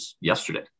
yesterday